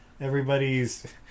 everybody's